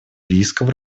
рисков